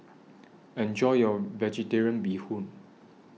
Enjoy your Vegetarian Bee Hoon